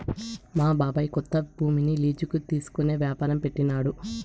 మా బాబాయ్ కొంత భూమిని లీజుకి తీసుకునే యాపారం పెట్టినాడు